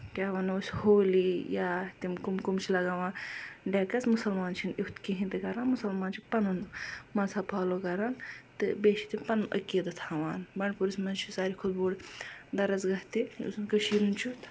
کیٛاہ وَنو أسۍ ہولی یا تِم کَم کَم چھِ لَگاوان ڈٮ۪کَس مُسَلمان چھِنہٕ یُتھ کِہیٖنۍ تہِ کَران مُسَلمان چھِ پَنُن مَذہب پھالو کَران تہٕ بیٚیہِ چھِ تِم پَنُن عٔقیٖدٕ تھاوان بنٛڈپوٗرِس منٛز چھُ ساروی کھۄتہٕ بوٚڈ درسگاہ تہِ یُس زَن کٔشیٖرِ ہُنٛد چھُ